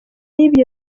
y’ibyo